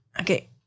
Okay